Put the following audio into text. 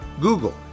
Google